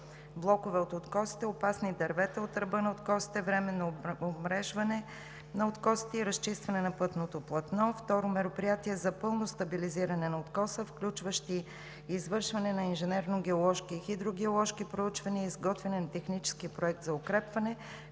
блокове от откосите, опасни дървета от ръба на откосите, временно обмрежване на откосите и разчистване на пътното платно. Второ, мероприятия за пълно стабилизиране на откоса, включващи: извършване на инженерно-геоложки и хидро-геоложки проучвания, изготвяне на технически проект за укрепване,